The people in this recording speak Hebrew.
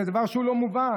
זה דבר שהוא לא מובן.